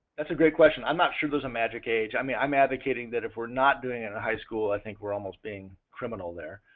that's a great question. i'm not sure there's a magic age. i mean i'm advocating that if we're not doing it in a high school i think we're almost being criminal there.